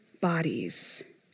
bodies